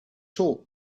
talk